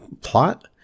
plot